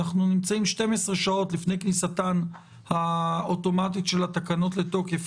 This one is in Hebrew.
אנחנו נמצאים 12 שעות לפני כניסתן האוטומטית של התקנות לתוקף,